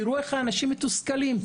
תראו איך האנשים מתוסכלים,